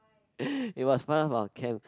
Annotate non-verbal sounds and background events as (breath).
(breath) it was part of our camp